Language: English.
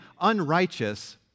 unrighteous